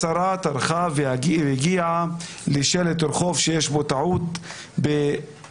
השרה טרחה והגיעה לשלט רחוב שיש בו טעות באם